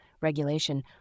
regulation